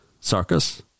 circus